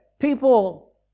people